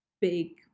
big